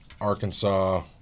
Arkansas